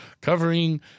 covering